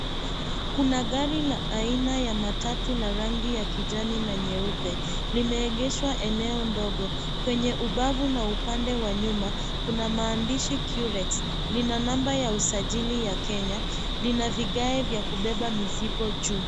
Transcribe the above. Kuna gari la aina ya matatu la rangi ya kijani na nyeupe. Limeegeshwa eneo ndogo. Kwenye ubavu na upande wa nyuma kuna maandishi Qurex. Lina namba ya usajili ya Kenya. Lina vigae vya kubeba mizigo juu.